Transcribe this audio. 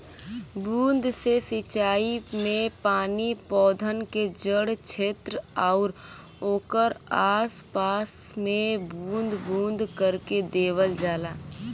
बूंद से सिंचाई में पानी पौधन के जड़ छेत्र आउर ओकरे आस पास में बूंद बूंद करके देवल जाला